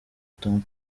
tom